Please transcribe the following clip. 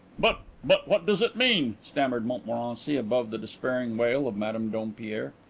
but but what does it mean? stammered montmorency, above the despairing wail of madame dompierre.